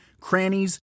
crannies